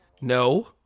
No